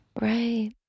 Right